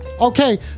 Okay